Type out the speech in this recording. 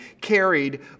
carried